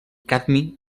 cadmi